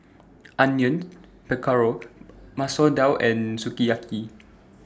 Onion Pakora Masoor Dal and Sukiyaki